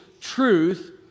truth